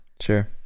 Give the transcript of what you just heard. Sure